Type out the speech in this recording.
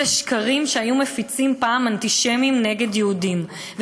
אלה שקרים שהיו מפיצים פעם אנטישמים נגד יהודים.